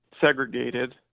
segregated